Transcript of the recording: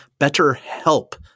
BetterHelp